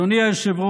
אבל